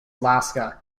alaska